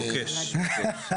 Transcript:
כן,